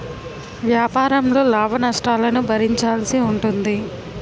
వ్యాపారంలో లాభనష్టాలను భరించాల్సి ఉంటుంది